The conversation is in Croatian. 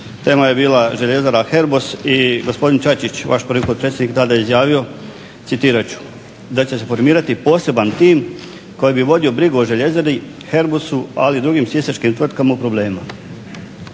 tema je bila Željezara Herbos i gospodin Čačić, vaš prvi potpredsjednik tada je izjavio, citirat ću: "da će se formirati poseban tim koji bi vodio brigu o Željezari Herbosu, ali i drugim sisačkim tvrtkama u problemima".